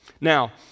Now